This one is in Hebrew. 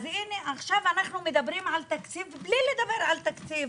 כעת אנו מדברים על תקציב בלי לדבר על תקציב.